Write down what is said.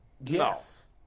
Yes